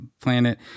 planet